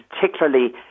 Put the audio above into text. particularly